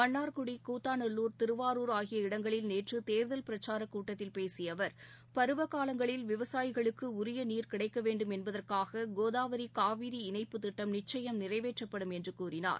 மன்னார்குடி கூத்தாநல்லூர் திருவாரூர் ஆகிய இடங்களில் நேற்றுதேர்தல் பிரச்சாரக் கூட்டத்தில் பேசியஅவர் பருவகாலங்களில் விவசாயிகளுக்குடரியநீர் கிடைக்கவேண்டும் என்பதற்காக கோதாவரி காவிரி இணைப்புத் திட்டம் நிச்சயம் நிறைவேற்றப்படும் என்றுகூறினார்